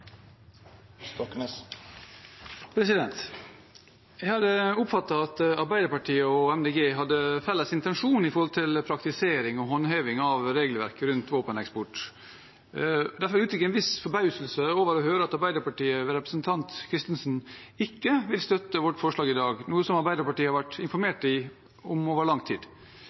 Jeg hadde oppfattet at Arbeiderpartiet og Miljøpartiet De Grønne hadde en felles intensjon når det gjelder praktisering og håndheving av regelverket rundt våpeneksport. Derfor uttrykker jeg en viss forbauselse over å høre at Arbeiderpartiet ved representanten Christensen ikke vil støtte vårt forslag i dag, som Arbeiderpartiet har vært informert om over lang tid.